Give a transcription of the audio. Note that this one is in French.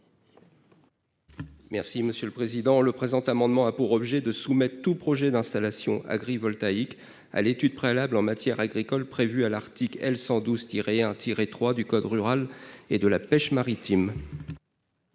n° 14 rectifié. Le présent amendement a pour objet de soumettre tout projet d'installation agrivoltaïque à l'étude préalable en matière agricole prévue par l'article L. 112-1-3 du code rural et de la pêche maritime.